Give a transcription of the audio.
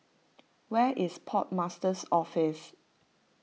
where is Port Master's Office